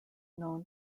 known